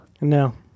No